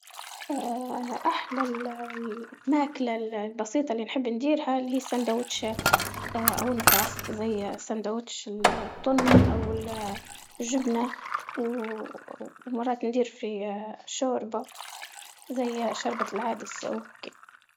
اه احلى الماكلة البسيطة اللي نحب نديرها اللي هي سندوتشات، اه او زي سندوتش التن او الجبنة ومرات ندير في اه شوربة زي عشان.